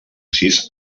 sis